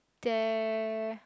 there